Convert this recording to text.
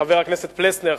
חבר הכנסת פלסנר,